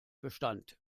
bestand